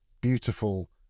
beautiful